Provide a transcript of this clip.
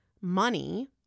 money